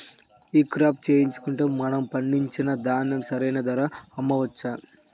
ఈ క్రాప చేయించుకుంటే మనము పండించిన ధాన్యం సరైన ధరకు అమ్మవచ్చా?